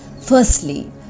Firstly